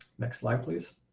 next slide please.